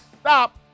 stop